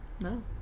No